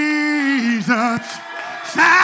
Jesus